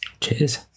Cheers